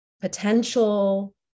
potential